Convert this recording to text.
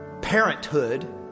parenthood